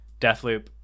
Deathloop